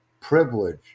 privilege